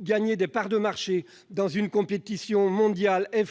regagner des parts de marché dans la compétition mondiale et